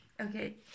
okay